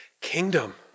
kingdom